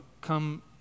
come